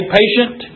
patient